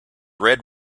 red